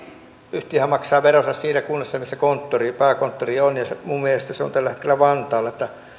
yhtiöhän maksaa veronsa siinä kunnassa missä pääkonttori on minun mielestäni se on tällä hetkellä vantaalla niin että